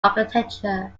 architecture